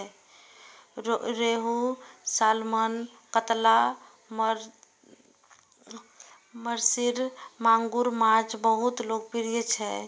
रोहू, सालमन, कतला, महसीर, मांगुर माछ बहुत लोकप्रिय छै